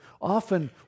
Often